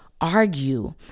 argue